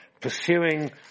pursuing